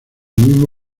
mismo